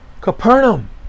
Capernaum